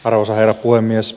arvoisa herra puhemies